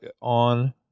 on